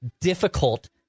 difficult